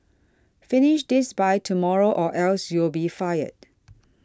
finish this by tomorrow or else you'll be fired